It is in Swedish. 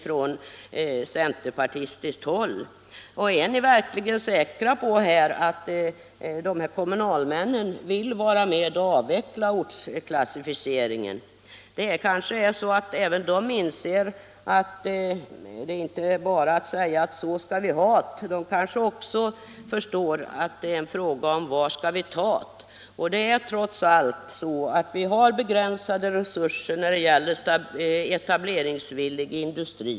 Är ni verkligen säkra på att centerns kommunalmän vill vara med om att avveckla ortsklassificeringen? De kanske inser att det inte är bara att säga att så ska vi ha't. De förstår nog att det också är nödvändigt att ställa frågan: Var ska vi ta't? Vi har begränsade resurser när det gäller etableringsvillig industri.